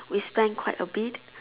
we spent quite a bit